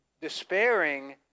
despairing